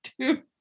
two